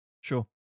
sure